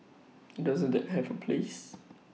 doesn't that have A place